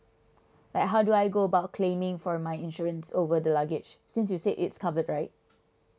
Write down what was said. like how do I go about claiming for my insurance over the luggage since you said it's covered right